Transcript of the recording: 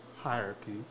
hierarchy